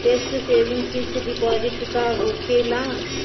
Tax saving fix deposit का होखे ला?